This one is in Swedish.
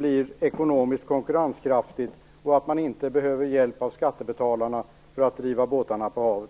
är ekonomiskt konkurrenskraftigt så att man inte behöver någon hjälp av skattebetalarna för att driva båtarna på havet.